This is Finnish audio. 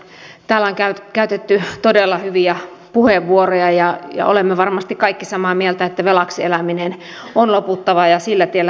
täällä on käytetty todella hyviä puheenvuoroja ja olemme varmasti kaikki samaa mieltä että velaksi elämisen on loputtava ja sillä tiellä emme voi jatkaa